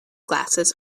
glasses